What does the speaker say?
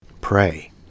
Pray